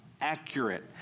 accurate